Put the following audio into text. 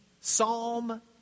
Psalm